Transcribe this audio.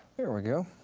there we go.